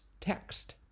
Text